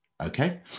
okay